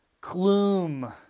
gloom